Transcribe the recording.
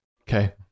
okay